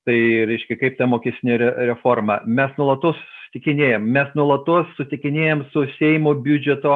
tai reiškia kaip ta mokestinė reforma mes nuolatos susitikinėjam mes nuolatos sutikinėjam su seimo biudžeto